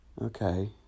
Okay